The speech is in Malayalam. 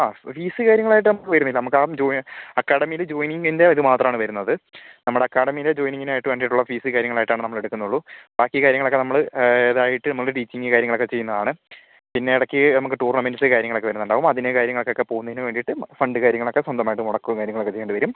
ആ ഫീസ് കാര്യങ്ങളായിട്ട് നമുക്ക് വരുന്നില്ല നമുക്കാ ജോയ് അക്കാദമിയില് ജോയിനിങ്ങിൻ്റെ ഇത് മാത്രമാണ് വരുന്നത് നമ്മുടെ അക്കാദമിയിലെ ജോയിനിങ്ങിനായിട്ട് വേണ്ടിയിട്ടുള്ള ഫീസ് കാര്യങ്ങളായിട്ടാണ് നമ്മളെടുക്കുന്നുള്ളൂ ബാക്കി കാര്യങ്ങളൊക്കെ നമ്മള് ഇതായിട്ട് നമുക്ക് ടീച്ചിങ്ങ് കാര്യങ്ങളൊക്കെ ചെയ്യുന്നതാണ് പിന്നെ ഇടയ്ക്ക് നമുക്ക് ടൂർണമെന്റ്സ് കാര്യങ്ങളൊക്കെ വരുന്നുണ്ടാകും അതിന് കാര്യങ്ങക്കൊക്കെ പോകുന്നതിന് വേണ്ടിയിട്ട് ഫണ്ട് കാര്യങ്ങളൊക്കെ സ്വന്തമായിട്ട് മുടക്കുകയും കാര്യങ്ങളൊക്കെ ചെയ്യണ്ട വരും